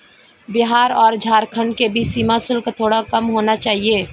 बिहार और झारखंड के बीच सीमा शुल्क थोड़ा कम होना चाहिए